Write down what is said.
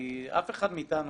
כי אף אחד מאתנו,